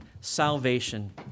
salvation